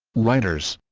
writers